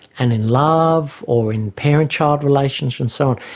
and in love, or in parent-child relations and so on.